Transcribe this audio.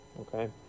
Okay